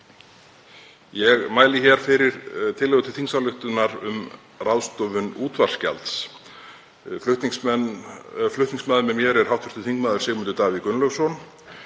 Ég mæli hér fyrir tillögu til þingsályktunar um ráðstöfun útvarpsgjalds. Flutningsmaður með mér er hv. þm. Sigmundur Davíð Gunnlaugsson